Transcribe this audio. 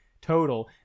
total